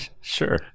Sure